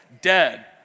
Dead